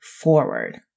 forward